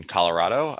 Colorado